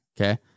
okay